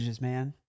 man